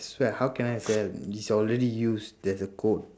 swear how can I sell it's already used there's a code